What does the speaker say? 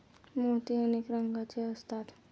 मोती अनेक रंगांचे असतात